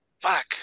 Fuck